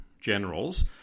generals